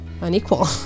unequal